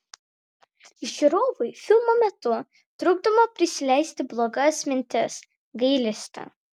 žiūrovui filmo metu trukdoma prisileisti blogas mintis gailestį